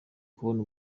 kubona